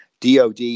DOD